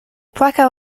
płakał